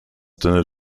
dinner